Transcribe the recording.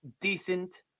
decent